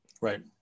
Right